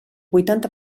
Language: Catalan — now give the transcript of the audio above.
vuitanta